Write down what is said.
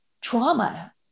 trauma